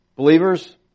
Believers